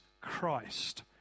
Christ